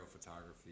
photography